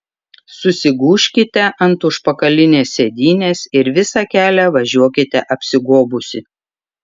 susigūžkite ant užpakalinės sėdynės ir visą kelią važiuokite apsigobusi